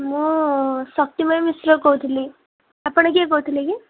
ମୁଁ ଶକ୍ତିମୟି ମିଶ୍ର କହୁଥିଲି ଆପଣ କିଏ କହୁଥିଲେ କି